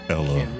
Ella